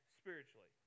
spiritually